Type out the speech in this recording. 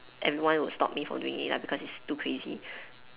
everyone will stop me from doing it lah because it's too crazy